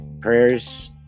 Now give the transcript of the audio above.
prayers